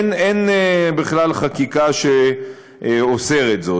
אין בכלל חקיקה שאוסרת זאת.